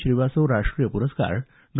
श्रीवास्तव राष्ट्रीय प्रस्कार डॉ